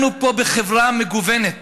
אנחנו פה בחברה מגוונת.